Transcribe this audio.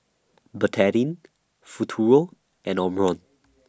Betadine Futuro and Omron